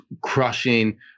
crushing